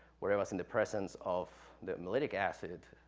where it was in the presence of the mulytic acid,